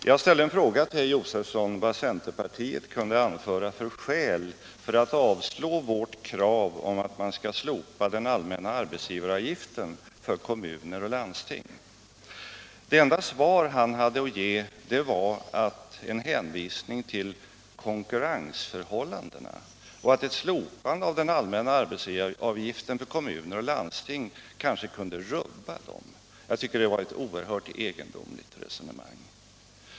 Herr talman! Jag frågade herr Josefson vad centerpartiet kunde anföra för skäl för att avstyrka vårt krav på att man skall slopa den allmänna arbetsgivaravgiften för kommuner och landsting. Det enda svar han hade att ge var att hänvisa till konkurrensförhållandena och förklara att ett slopande av den allmänna arbetsgivaravgiften för kommuner och landsting kanske kunde rubba dessa förhållanden. Det var ett oerhört egendomligt resonemang.